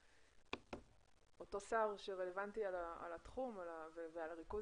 אותו שר שרלוונטי לתחום ועל ריכוז